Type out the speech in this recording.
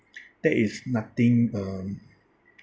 that is nothing um